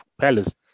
Palace